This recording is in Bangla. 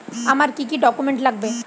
আমার কি কি ডকুমেন্ট লাগবে?